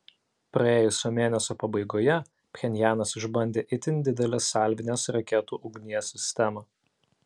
praėjusio mėnesio pabaigoje pchenjanas išbandė itin didelę salvinės raketų ugnies sistemą